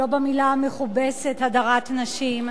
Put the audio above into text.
לא במלה המכובסת "הדרת נשים",